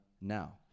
now